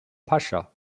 pasha